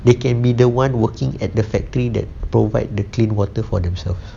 they can be the one working at the factory that provide the clean water for themselves